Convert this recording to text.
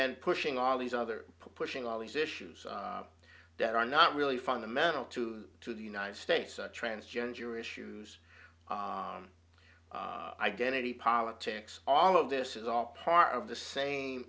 then pushing all these other pushing all these issues that are not really fundamental to to the united states the transgender issues identity politics all of this is all part of the same